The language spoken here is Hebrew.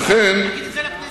תגיד את זה לכנסת.